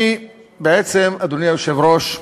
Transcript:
אני בעצם, אדוני היושב-ראש,